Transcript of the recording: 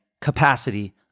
capacity